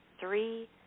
Three